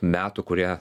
metų kurie